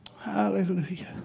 hallelujah